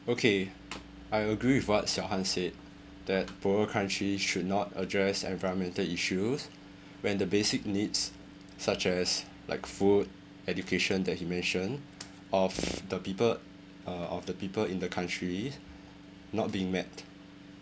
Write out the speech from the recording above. okay I agree with what xiao han said that poorer countries should not address environmental issues when the basic needs such as like food education that he mentioned of the people uh of the people in the country not being met